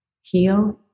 heal